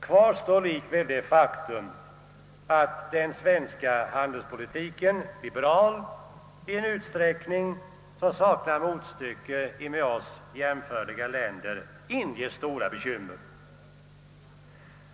Kvar står likväl det faktum att den svenska handelspolitiken, liberal i en utsträckning som saknar motstycke i andra med oss jämförliga länder, inger stora bekymmer.